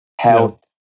health